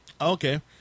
Okay